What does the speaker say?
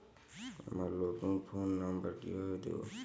আমার নতুন phone number কিভাবে দিবো?